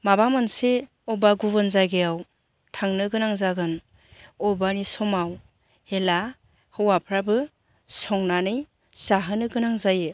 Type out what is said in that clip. माबा मोनसे अबेबा गुबुन जायगायाव थांनो गोनां जागोन अबेबानि समाव हेला हौवाफ्राबो संनानै जाहोनो गोनां जायो